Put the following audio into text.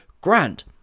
Grant